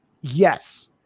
yes